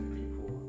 people